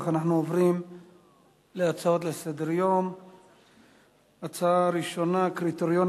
נעבור להצעות לסדר-היום בנושא: הקריטריונים